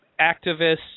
activists